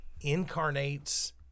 incarnates